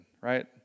right